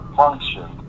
function